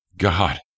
God